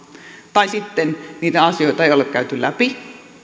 tai sitten niitä asioita ei ole käyty läpi